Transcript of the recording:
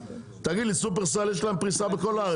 תגיד לי שופרסל יש לו פריסה בכל הארץ.